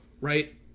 right